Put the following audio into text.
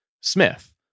Smith